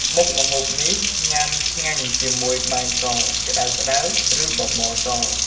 មុខម្ហូបនេះ ញុំាឆ្ងាញ់ជាមួយបាយសក្តៅៗ ឬបបរស។